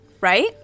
right